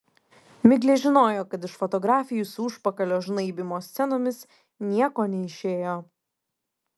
miglė žinojo kad iš fotografijų su užpakalio žnaibymo scenomis nieko neišėjo